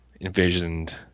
envisioned